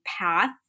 path